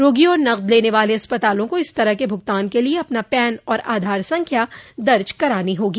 रोगी और नकद लेने वाले अस्पताल को इस तरह के भुगतान के लिए अपना पैन और आधार संख्या दर्ज करानी होगी